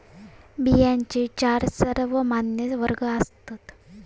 बियांचे चार सर्वमान्य वर्ग आसात